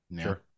Sure